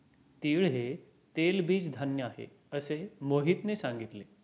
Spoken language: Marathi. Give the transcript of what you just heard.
तीळ हे तेलबीज धान्य आहे, असे मोहितने सांगितले